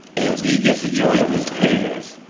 and if he gets a jury of his peers.